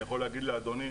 אני יכול להגיד לאדוני,